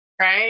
right